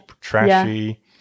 trashy